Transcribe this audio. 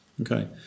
Okay